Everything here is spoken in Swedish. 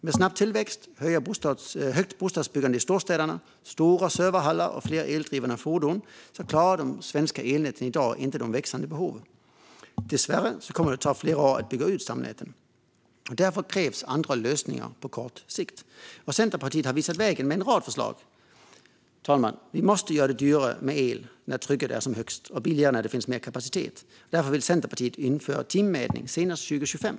Med snabb tillväxt, högt bostadsbyggande i storstäderna, stora serverhallar och fler eldrivna fordon klarar de svenska elnäten i dag inte de växande behoven. Dessvärre kommer det att ta flera år att bygga ut stamnäten. Därför krävs andra lösningar på kort sikt. Centerpartiet har visat vägen med en rad förslag. Fru talman! Vi måste göra det dyrare med el när trycket är som högst och billigare när det finns mer kapacitet. Därför vill Centerpartiet införa timmätning senast 2025.